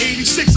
86